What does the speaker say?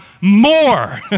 more